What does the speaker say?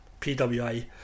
PWI